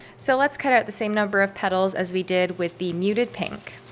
so let's cut out the same number of petals as we did with the muted pink